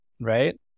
right